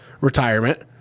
retirement